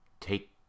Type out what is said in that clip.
take